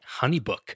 Honeybook